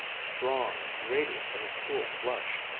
strong, radiant in a cool flush,